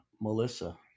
Melissa